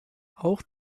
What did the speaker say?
auch